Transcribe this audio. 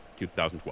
2012